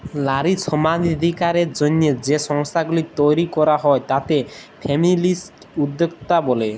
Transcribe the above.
লারী সমালাধিকারের জ্যনহে যে সংস্থাগুলি তৈরি ক্যরা হ্যয় তাতে ফেমিলিস্ট উদ্যক্তা ব্যলে